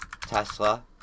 Tesla